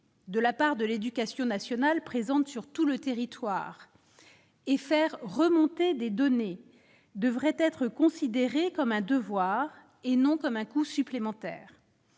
de la part de l'Éducation nationale présente sur tout le territoire et faire remonter des données devrait être considéré comme un devoir, et non comme un coût supplémentaire,